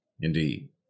Indeed